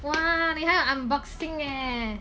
!wah! 你还有 unboxing eh